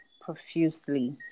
profusely